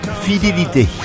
fidélité